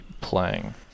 playing